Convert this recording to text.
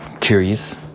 Curious